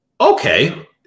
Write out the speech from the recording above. Okay